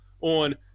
on